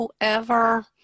whoever